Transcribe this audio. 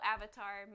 Avatar